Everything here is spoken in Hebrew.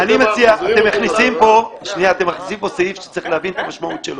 אתם מכניסים פה סעיף שצריך להבין את המשמעות שלו.